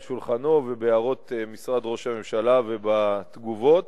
שולחנו ובהערות משרד ראש הממשלה ובתגובות.